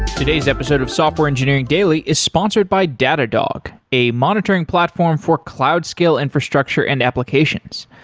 today's episode of software engineering daily is sponsored by datadog a monitoring platform for cloud scale infrastructure and applications.